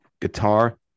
Guitar